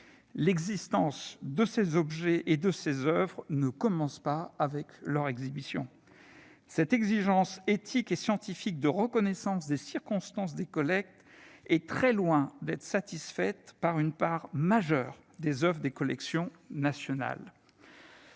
L'existence de ces objets et de ces oeuvres ne commence pas avec leur exhibition. Cette exigence éthique et scientifique de reconnaissance des circonstances des collectes est très loin d'être satisfaite pour une part majeure des oeuvres des collections nationales.